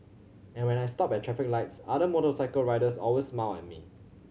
and when I stop at traffic lights other motorcycle riders always smile at me